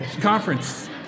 Conference